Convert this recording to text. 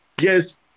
yes